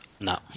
No